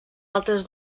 altres